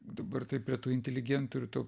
dabar taip prie tų inteligentų ir to